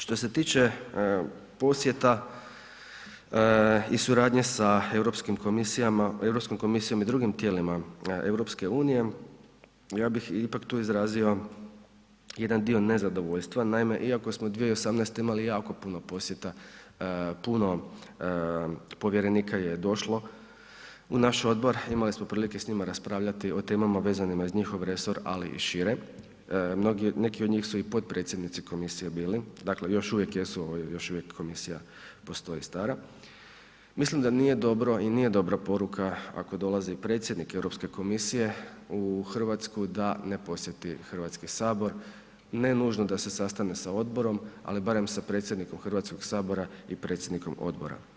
Što se tiče posjeta i suradnje sa Europskim komisijama, Europskom komisijom i drugim tijelima EU, ja bih ipak tu izrazio jedan dio nezadovoljstva, naime iako smo 2018. imali jako puno posjeta, puno povjerenika je došlo u naš odbor, imali smo prilike s njima raspravljati o temama vezanima uz njihov resor, ali i šire, mnogi, neki od njih su i potpredsjednici komisije bili, dakle još uvijek jesu, još uvijek komisija postoji stara, mislim da nije dobro i nije dobra poruka ako dolazi predsjednik Europske komisije u RH da ne posjeti HS, ne nužno da se sastane sa odborom, ali barem sa predsjednikom HS i predsjednikom odbora.